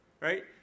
Right